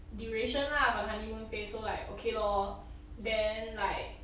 duration lah on honeymoon phase so like okay lor then like